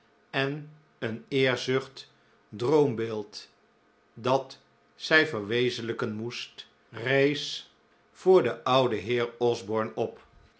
en een eerzuchtig droombeeld dat zij verwezenlijken moest rees voor den ouden heer osborne op